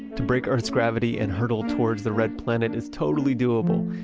to break earth's gravity and hurdle towards the red planet is totally doable.